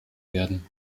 werden